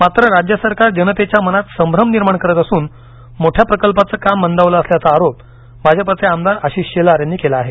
मात्र राज्य सरकार जनतेच्या मनात संभ्रम निर्माण करत असून मोठ्या प्रकल्पांचं काम मंदावलं असल्याचा आरोप भाजपाचे आमदार आशिष शेलार यांनी केला आहे